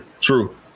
true